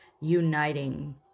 uniting